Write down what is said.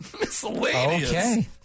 Miscellaneous